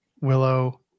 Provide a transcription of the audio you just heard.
willow